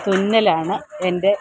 തുന്നലാണ് എൻ്റെ